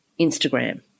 Instagram